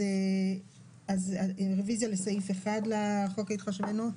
אז רוויזיה לסעיף 1 לחוק ההתחשבנות.